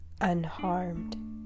unharmed